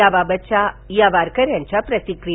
त्याबाबतच्या या वारकऱ्यांच्या प्रतिक्रीया